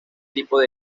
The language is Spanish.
tipos